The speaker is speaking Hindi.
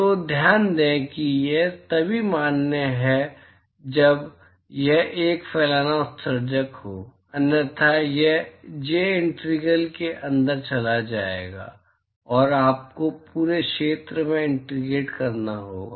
तो ध्यान दें कि यह तभी मान्य है जब यह एक फैलाना उत्सर्जक हो अन्यथा यह j इंटीग्रल के अंदर चला जाएगा और आपको पूरे क्षेत्र को इंटीग्रेट करना होगा